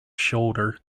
shoulder